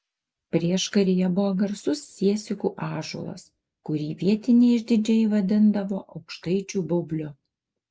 prieškaryje buvo garsus siesikų ąžuolas kurį vietiniai išdidžiai vadindavo aukštaičių baubliu